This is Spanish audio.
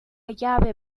llave